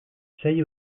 sei